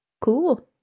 Cool